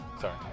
Sorry